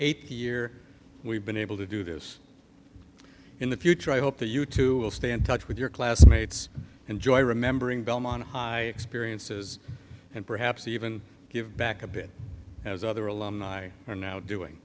eighth year we've been able to do this in the future i hope that you too will stay in touch with your classmates enjoy remembering belmont high experiences and perhaps even give back a bit as other alumni are now doing